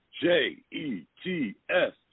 J-E-T-S